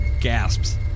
gasps